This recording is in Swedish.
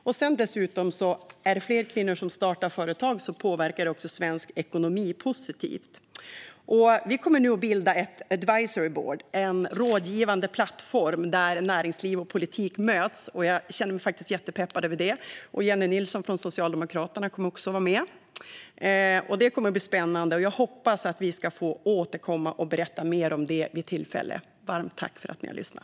Om fler kvinnor startar företag påverkar det dessutom svensk ekonomi positivt. Vi kommer nu att bilda ett advisory board, en rådgivande plattform, där näringsliv och politik möts. Jag känner mig jättepeppad över detta. Jennie Nilsson från Socialdemokraterna kommer också att vara med. Det kommer att bli spännande, och jag hoppas att vi ska få återkomma och berätta mer om det här vid tillfälle. Varmt tack för att ni har lyssnat!